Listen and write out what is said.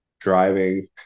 driving